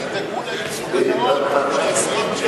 ידאגו לייצוג הנאות של סיעות שלא מיוצגות.